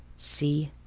see.